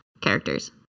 characters